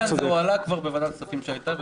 זה הועלה כבר בוועדת כספים שהייתה.